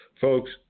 folks